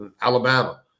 Alabama